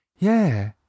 Yeah